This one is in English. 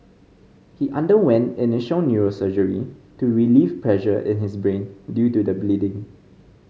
he underwent initial neurosurgery to relieve pressure in his brain due to the bleeding